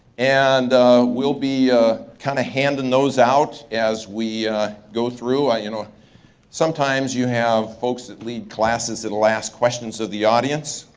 and we'll be kinda handing those out as we go through. you know sometimes you have folks that lead classes that'll ask questions to the audience.